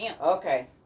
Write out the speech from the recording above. Okay